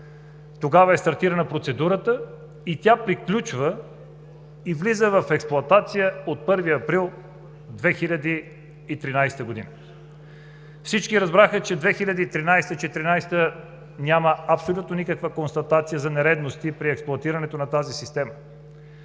Тогава е стартирана процедурата и тя приключва и влиза в експлоатация от 1 април 2013 г. Всички разбраха, че 2013 и 2014 г. няма абсолютно никаква констатация за нередности при експлоатирането на тази система.